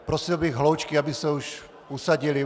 Prosil bych hloučky, aby se už usadily.